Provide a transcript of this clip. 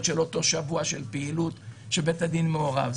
של אותו שבוע של פעילות שבית הדין מעורב.